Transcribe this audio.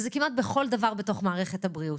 וזה כמעט בכל דבר במערכת הבריאות.